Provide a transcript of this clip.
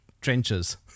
trenches